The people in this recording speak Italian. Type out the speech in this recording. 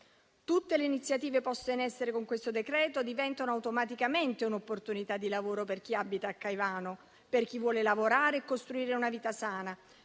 Tutte le iniziative poste in essere con questo decreto diventano automaticamente una opportunità di lavoro per chi abita a Caivano, per chi vuole lavorare e costruire una vita sana,